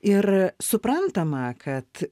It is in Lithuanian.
ir suprantama kad